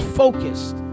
focused